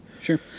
sure